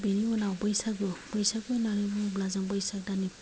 बेनि उनाव बैसागु बैसागु होन्नानै बुङोब्ला बैसाग दाननि